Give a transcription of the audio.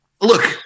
look